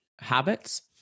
habits